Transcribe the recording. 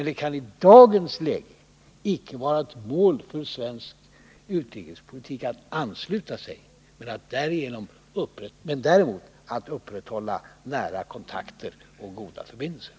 Det kan i dagens läge icke vara ett mål för svensk utrikespolitik att ansluta sig — men däremot att upprätthålla nära kontakter och goda förbindelser.